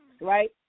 right